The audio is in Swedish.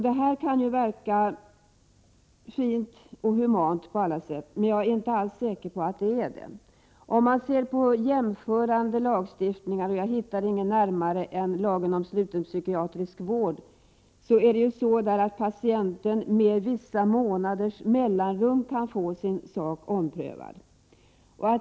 Det kan verka fint och humant på alla sätt, men jag är inte alls säker på att det är det. Om man jämför med annan lagstiftning, finner man att patienten i t.ex. lagen om sluten psykiatrisk vård med några månaders mellanrum kan få sin sak omprövad.